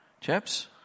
chaps